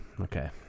okay